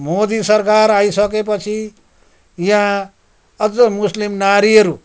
मोदी सरकार आइसकेपछि यहाँ अझ मुस्लिम नारीहरू